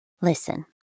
Listen